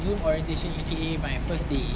zoom orientation A_K_A my first day